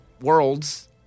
worlds